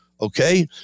Okay